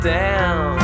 down